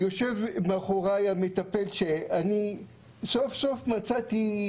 יושב מאחוריי המטפל שאני סוף סוף מצאתי